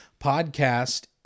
Podcast